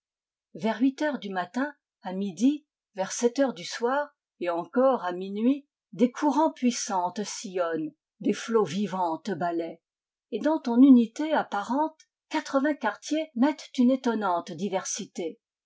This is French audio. vers huit heures du matin à midi vers sept heures du soir et encore à minuit des courants puissants te sillonnent des flots vivants te balaient et dans ton unité apparente quatre-vingts quartiers mettent une étonnante diversité